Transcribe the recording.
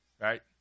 right